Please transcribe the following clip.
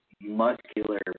muscular